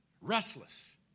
restless